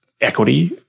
equity